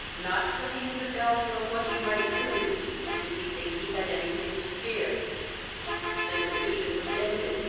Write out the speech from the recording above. not, till he knew the value of what he might lose, did he think he had anything to fear the delusion was ended,